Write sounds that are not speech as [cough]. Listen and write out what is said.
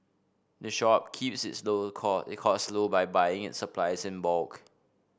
the shop keeps its slow [unintelligible] it costs low by buying its supplies in bulk